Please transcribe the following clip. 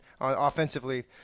offensively